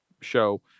show